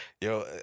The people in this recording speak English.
yo